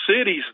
cities